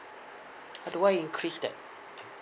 how do I increase that